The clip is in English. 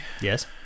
yes